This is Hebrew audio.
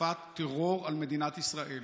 בהתקפת טרור על מדינת ישראל.